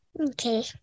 Okay